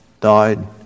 died